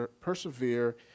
persevere